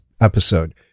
episode